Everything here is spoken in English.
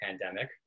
pandemic